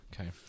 Okay